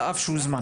על אף שהוזמן.